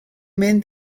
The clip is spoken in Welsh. mynd